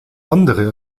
andere